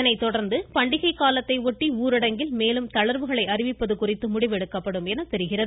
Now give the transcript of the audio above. இதனைத்தொடா்ந்து பண்டிகை காலத்தையொட்டி ஊரடங்கில் மேலும் தளர்வுகளை அறிவிப்பது குறித்து முடிவெடுக்கப்படும் எனத் தெரிகிறது